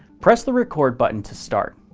press the record button to start.